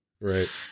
Right